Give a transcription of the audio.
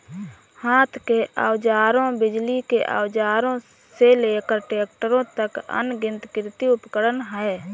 हाथ के औजारों, बिजली के औजारों से लेकर ट्रैक्टरों तक, अनगिनत कृषि उपकरण हैं